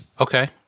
Okay